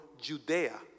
Judea